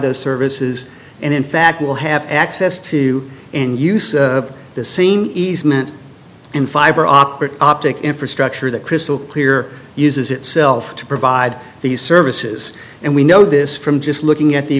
those services and in fact will have access to and use the same easement and fiber optic optic infrastructure that crystal clear uses itself to provide these services and we know this from just looking at the